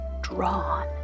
drawn